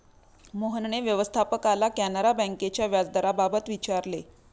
मोहनने व्यवस्थापकाला कॅनरा बँकेच्या व्याजदराबाबत विचारले